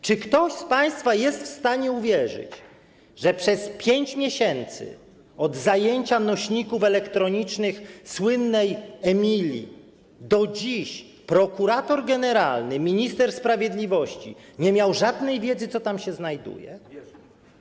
Czy ktoś z państwa jest w stanie uwierzyć, że przez pięć miesięcy, od zajęcia nośników elektronicznych słynnej Emilii do dziś, prokurator generalny minister sprawiedliwości nie miał żadnej wiedzy, co tam się znajduje?